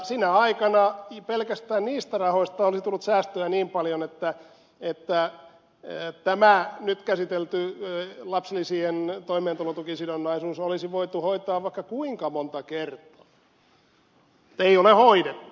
sinä aikana pelkästään niistä rahoista olisi tullut säästöä niin paljon että tämä nyt käsiteltävä lapsilisien toimeentulotukisidonnaisuus olisi voitu hoitaa vaikka kuinka monta kertaa mutta ei ole hoidettu